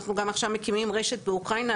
אנחנו גם עכשיו מקימים רשת באוקראינה,